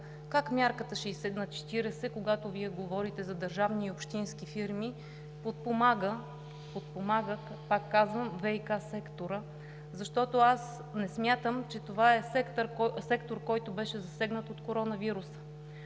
как мярката 60/40 подпомага, когато Вие говорите за държавни и общински фирми, подпомага, пак казвам, ВиК сектора, защото аз не смятам, че това е сектор, който беше засегнат от коронавируса.